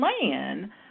plan